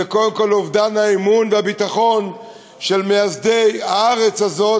זה קודם כול אובדן האמון והביטחון של מייסדי הארץ הזאת